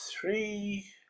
three